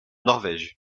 norvège